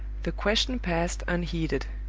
the question passed unheeded.